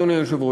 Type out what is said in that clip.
אדוני היושב-ראש,